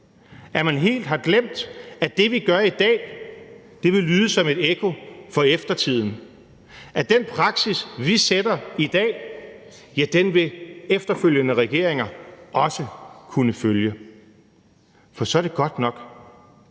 at man helt har glemt, at det, vi gør i dag, vil lyde som et ekko for eftertiden, at den praksis, vi sætter i dag, vil efterfølgende regeringer også kunne følge? For så er det godt nok